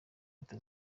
leta